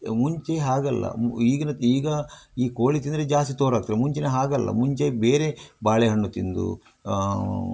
ಮುಂಚೆ ಹಾಗಲ್ಲ ಈಗಿನ ಈಗ ಈ ಕೋಳಿ ತಿಂದರೆ ಜಾಸ್ತಿ ತೋರ ಆಗ್ತರೆ ಮುಂಚಿನ ಹಾಗಲ್ಲ ಮುಂಚೆ ಬೇರೆ ಬಾಳೆಹಣ್ಣು ತಿಂದು